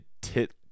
tit